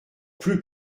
plus